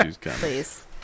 Please